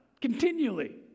continually